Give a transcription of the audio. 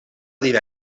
dir